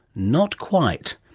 not quite.